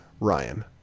Ryan